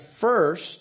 first